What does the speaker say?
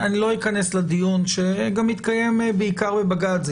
אני לא אכנס לדיון שגם מתקיים בעיקר בבג"ץ.